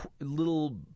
little